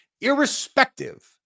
irrespective